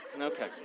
Okay